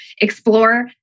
explore